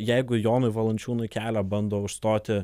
jeigu jonui valančiūnui kelią bando užstoti